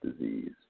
disease